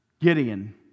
Gideon